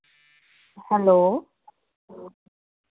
hello